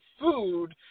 food